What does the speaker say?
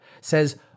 says